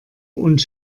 und